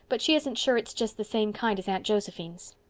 but she isn't sure it's just the same kind as aunt josephine's.